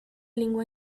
lingua